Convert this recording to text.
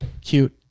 cute